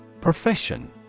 Profession